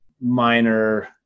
minor